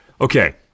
okay